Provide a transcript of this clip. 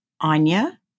Anya